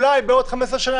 אולי בעוד 15 שנה,